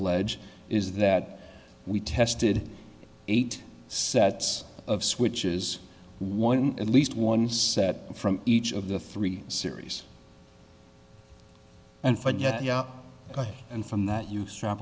allege is that we tested eight sets of switches one at least one set from each of the three series and forget yeah and from that you st